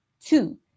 Two